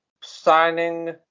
signing